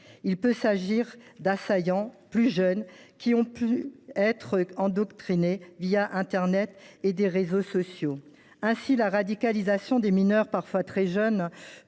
Il peut s’agir d’assaillants plus jeunes qu’auparavant, souvent endoctrinés au travers d’internet et des réseaux sociaux. Ainsi, la radicalisation de mineurs parfois très jeunes